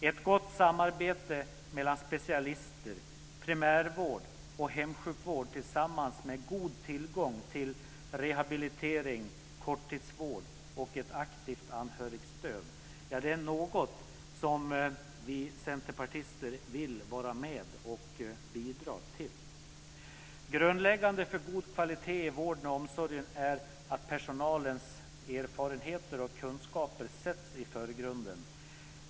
Ett gott samarbete mellan specialister, primärvård och hemsjukvård tillsammans med god tillgång till rehabilitering, korttidsvård och ett aktivt anhörigstöd är något som vi centerpartister vill vara med och bidra till. Grundläggande för god kvalitet i vården och omsorgen är att personalens erfarenheter och kunskaper sätts i förgrunden.